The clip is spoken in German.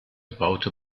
baute